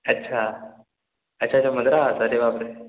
अच्छा अच्छा अच्छा मद्रास अरे बाप रे